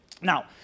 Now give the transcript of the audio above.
Now